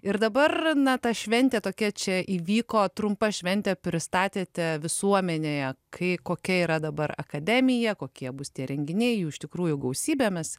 ir dabar na ta šventė tokia čia įvyko trumpa šventa pristatėte visuomenėje kai kokia yra dabar akademija kokie bus tie renginiai jų iš tikrųjų gausybė mes